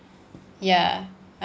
ya